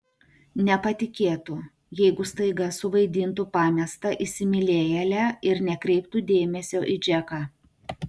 nepatikėtų jeigu staiga suvaidintų pamestą įsimylėjėlę ir nekreiptų dėmesio į džeką